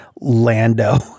Lando